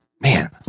Man